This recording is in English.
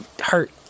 hurt